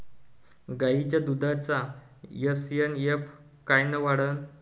गायीच्या दुधाचा एस.एन.एफ कायनं वाढन?